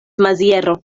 maziero